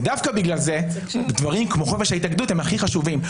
ודווקא בגלל זה דברים כמו חופש ההתאגדות הם הכי חשובים,